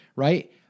right